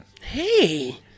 hey